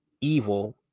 evil